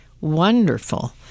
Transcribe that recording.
wonderful